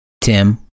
Tim